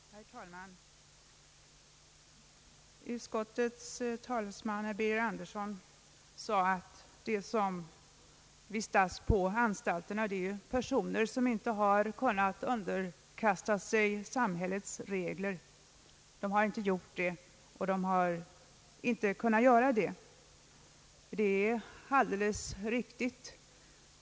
Herr talman! Utskottets talesman, herr Birger Andersson, sade att de som vistas på anstalter är människor som inte har kunnat underkasta sig samhällets regler. Det är alldeles riktigt.